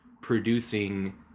producing